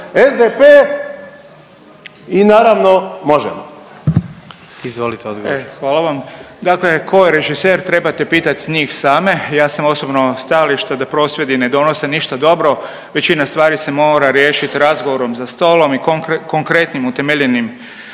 odgovor. **Beroš, Vili (HDZ)** E hvala vam. Dakle tko je režiser trebate pitati njih same. Ja sam osobno stajališta da prosvjedi ne donose ništa dobro. Većina stvari se mora riješiti razgovorom za stolom i konkretnim, utemeljenim